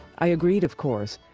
i agreed, of course,